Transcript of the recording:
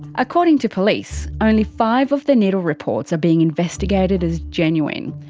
according to police, only five of the needle reports are being investigated as genuine.